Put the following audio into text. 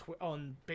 on